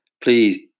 please